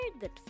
good